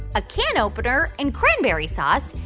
a can opener and cranberry sauce.